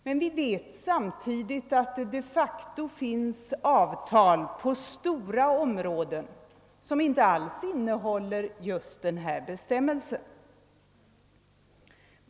Men vi vet samtidigt att det de facto finns avtal på stora områden som inte alls innehåller just denna bestämmelse.